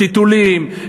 טיטולים,